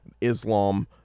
Islam